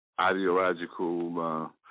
ideological